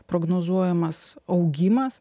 prognozuojamas augimas